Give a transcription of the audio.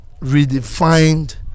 redefined